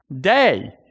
day